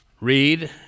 read